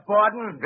Borden